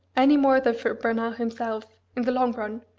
any more than for bernard himself, in the long run,